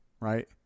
right